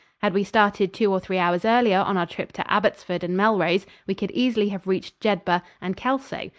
had we started two or three hours earlier on our trip to abbottsford and melrose, we could easily have reached jedburgh and kelso,